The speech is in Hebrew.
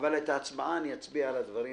אבל נצביע על הדברים